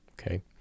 okay